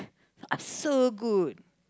are so good